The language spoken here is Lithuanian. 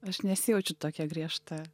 aš nesijaučiu tokia griežta